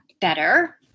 better